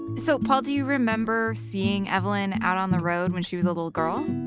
so paul, do you remember seeing eve lyn out on the road when she was a little girl?